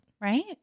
right